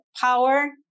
power